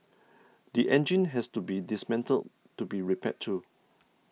the engine has to be dismantled to be repaired too